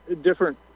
different